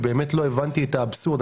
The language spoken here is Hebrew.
ובאמת לא הבנתי את האבסורד.